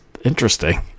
interesting